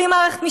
בלי מערכת משפט,